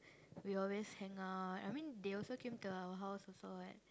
we always hang out I mean they also came to our house also [what]